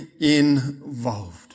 involved